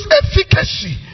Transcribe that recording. efficacy